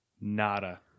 Nada